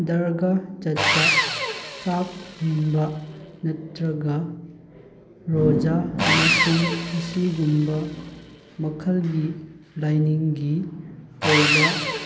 ꯗꯔꯒꯥ ꯆꯠꯄ ꯆꯥꯛ ꯌꯦꯟꯕ ꯅꯠꯇ꯭ꯔꯒ ꯔꯣꯖꯥ ꯑꯃꯁꯨꯡ ꯑꯁꯤꯒꯨꯝꯕ ꯃꯈꯜꯒꯤ ꯂꯥꯏꯅꯤꯡꯒꯤ ꯑꯣꯏꯕ